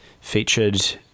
featured